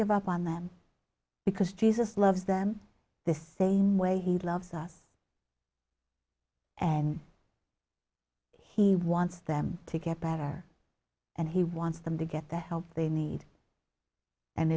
give up on them because jesus loves them the same way he loves us and he wants them to get better and he wants them to get the help they need and